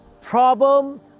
problem